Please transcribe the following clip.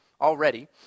already